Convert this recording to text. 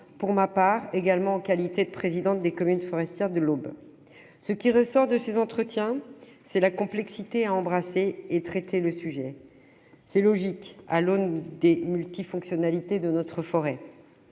Pour ma part, j'en ai également eu en ma qualité de présidente des communes forestières de l'Aube. Ce qui ressort de ces entretiens, c'est la complexité à embrasser et à traiter le sujet : c'est logique à l'aune des multifonctionnalités de la forêt.